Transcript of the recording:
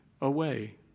away